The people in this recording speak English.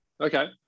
Okay